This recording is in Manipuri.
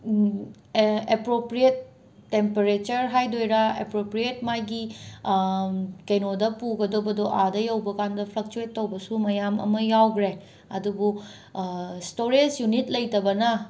ꯑꯦꯄ꯭ꯔꯣꯄ꯭ꯔꯤꯌꯦꯠ ꯇꯦꯝꯄꯔꯦꯆꯔ ꯍꯥꯏꯗꯣꯏꯔꯥ ꯑꯦꯄ꯭ꯔꯣꯄ꯭ꯔꯤꯌꯦꯠ ꯃꯥꯒꯤ ꯀꯩꯅꯣꯗ ꯄꯨꯒꯗꯕꯗꯣ ꯑꯥꯗ ꯌꯧꯕꯀꯥꯟꯗ ꯐ꯭ꯂꯛꯆꯨꯌꯦꯠ ꯇꯧꯕꯁꯨ ꯃꯌꯥꯝ ꯑꯃ ꯌꯥꯎꯈ꯭ꯔꯦ ꯑꯗꯨꯕꯨ ꯁ꯭ꯇꯣꯔꯦꯖ ꯌꯨꯅꯤꯠ ꯂꯩꯇꯕꯅ